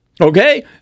okay